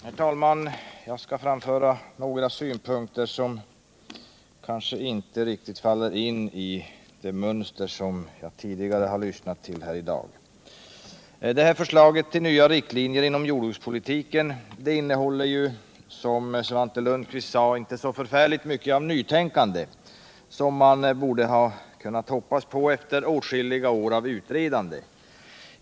Herr talman! Jag skall framföra några synpunkter som kanske inte riktigt faller in i mönstret för den debatt som hittills har förts. Det här förslaget till nya riktlinjer inom jordbrukspolitiken innehåller, som Svante Lundkvist sade, inte så mycket av nytänkande som man borde ha kunnat hoppas på efter åtskilliga år av utredande.